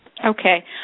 Okay